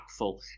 impactful